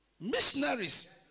Missionaries